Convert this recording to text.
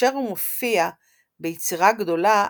כאשר הוא מופיע ביצירה גדולה,